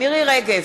מירי רגב,